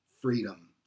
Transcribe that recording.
freedom